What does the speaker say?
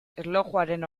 erlojuaren